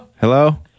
Hello